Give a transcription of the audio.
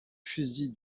fusil